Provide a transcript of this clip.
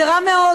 זה רע מאוד.